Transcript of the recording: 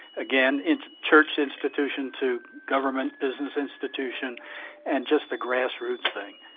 again, it's church institution to government business institution and just the grassroots thing.